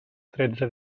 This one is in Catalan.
tretze